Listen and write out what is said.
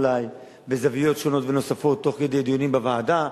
אולי בזוויות שונות ונוספות תוך כדי דיונים בוועדה,